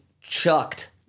chucked